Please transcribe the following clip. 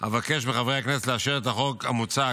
אבקש מחברי הכנסת לאשר את החוק המוצע